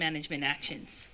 management actions